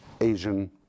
Asian